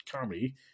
comedy